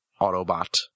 Autobot